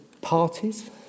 Parties